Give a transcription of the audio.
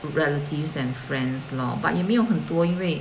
relatives and friends lor but 也没有很多因为